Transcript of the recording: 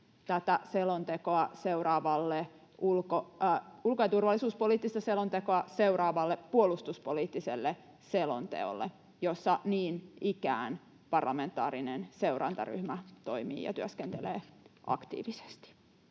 ulko- ja turvallisuuspoliittista selontekoa seuraavalle puolustuspoliittiselle selonteolle, jossa niin ikään parlamentaarinen seurantaryhmä toimii ja työskentelee aktiivisesti.